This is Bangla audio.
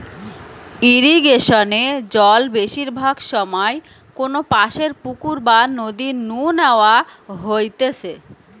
ইরিগেশনে জল বেশিরভাগ সময় কোনপাশের পুকুর বা নদী নু ন্যাওয়া হইতেছে